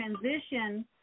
transition